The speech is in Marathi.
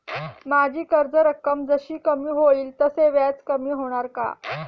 माझी कर्ज रक्कम जशी कमी होईल तसे व्याज कमी होणार का?